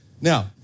Now